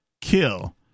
kill